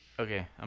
Okay